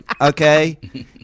okay